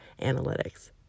Analytics